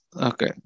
Okay